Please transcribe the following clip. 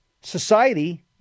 Society